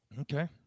okay